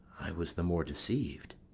i was the more deceived.